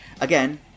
Again